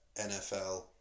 nfl